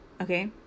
Okay